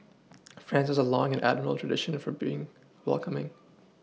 France has a long and admirable tradition of being welcoming